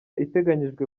iteganyijwe